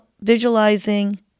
visualizing